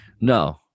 No